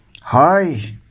Hi